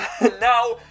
Now